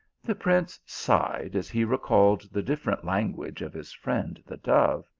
the prince sighed as he recalled the different language of his friend the dove.